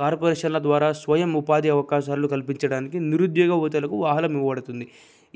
కార్పొరేషన్ల ద్వారా స్వయం ఉపాధి అవకాశాలు కల్పించడానికి నిరుద్యోగ యువతలకు ఆవాహనం ఇవ్వబడుతుంది